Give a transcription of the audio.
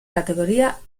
categoría